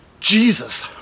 Jesus